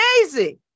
Amazing